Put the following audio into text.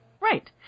right